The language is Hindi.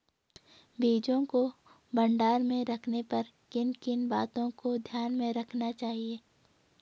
बीजों को भंडारण में रखने पर किन किन बातों को ध्यान में रखना चाहिए?